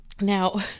now